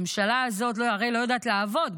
הממשלה הזאת הרי לא יודעת לעבוד,